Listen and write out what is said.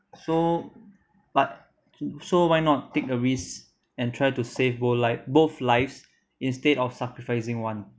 so but so why not take a risk and try to save bo~ live both lives instead of sacrificing one